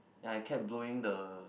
ya I kept blowing the